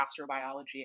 Astrobiology